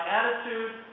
attitude